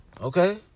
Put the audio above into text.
Okay